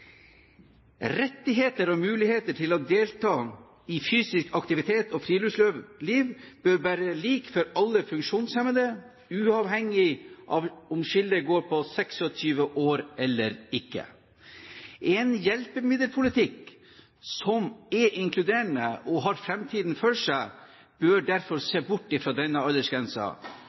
Rettigheter og muligheter til å delta i fysisk aktivitet og friluftsliv bør være like for alle funksjonshemmede, og uavhengig av om skillet går på 26 år eller ikke. En hjelpemiddelpolitikk som er inkluderende og har framtiden foran seg, bør derfor se bort fra denne